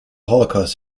holocaust